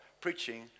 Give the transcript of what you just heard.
preaching